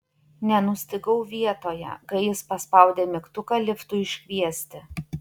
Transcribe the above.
nenustygau vietoje kai jis paspaudė mygtuką liftui iškviesti